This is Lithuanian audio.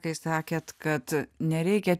kai sakėt kad nereikia